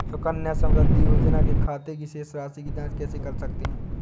सुकन्या समृद्धि योजना के खाते की शेष राशि की जाँच कैसे कर सकते हैं?